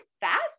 fast